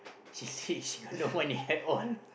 she said she got no one to had all